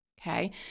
Okay